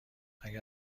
اگر